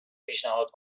پیشنهاد